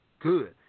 Good